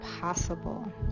possible